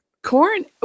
Corn